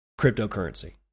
cryptocurrency